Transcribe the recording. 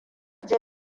ji